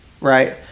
right